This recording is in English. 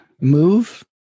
move